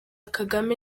kagame